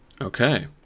okay